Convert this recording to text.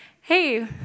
hey